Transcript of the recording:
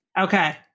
Okay